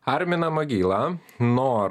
arminą magylą noor